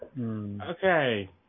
Okay